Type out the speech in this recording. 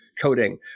coding